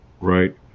Right